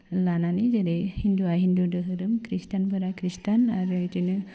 लानानै जेरै हिन्दुआ हिन्दु दोहोरोम ख्रिस्टियानफोरा ख्रिस्टियान आरो बिदिनो